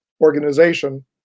organization